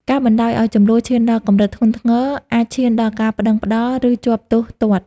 ការបណ្តោយឲ្យជម្លោះឈានដល់កម្រិតធ្ងន់ធ្ងរ អាចឈានដល់ការប្តឹងប្តល់ ឬជាប់ទោសទណ្ឌ។